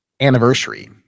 anniversary